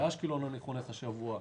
באשקלון שאני חונך השבוע,